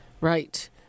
Right